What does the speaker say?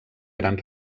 gran